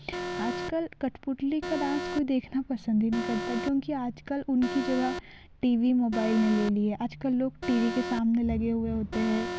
आज कल कठपुतली का डांस कोई देखना पसंद ही नहीं करता क्योंकि आज कल उनकी जगह टी वी मोबाईल ने ले लिया आज कल लोग टी वी के सामने लगे हुए होते हैं